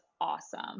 awesome